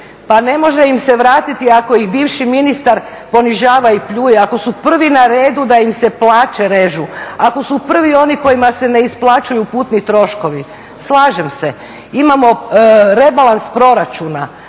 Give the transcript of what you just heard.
Pa ne može im se vratiti ako ih bivši ministar ponižava i pljuje. Ako su prvi na redu da im se plaće režu, ako su prvi oni kojima se ne isplaćuju putni troškovi. Slažem se, imamo rebalans proračuna,